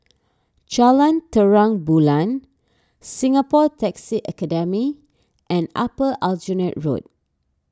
Jalan Terang Bulan Singapore Taxi Academy and Upper Aljunied Road